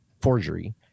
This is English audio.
forgery